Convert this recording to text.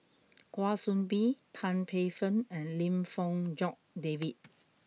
Kwa Soon Bee Tan Paey Fern and Lim Fong Jock David